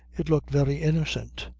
it looked very innocent.